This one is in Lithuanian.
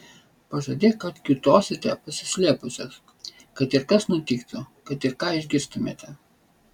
pažadėk kad kiūtosite pasislėpusios kad ir kas nutiktų kad ir ką išgirstumėte